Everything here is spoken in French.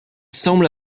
semble